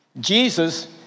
Jesus